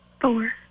Four